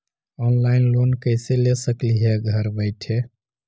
Online loan कैसे ले सकली हे घर बैठे?